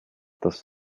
dass